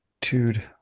Dude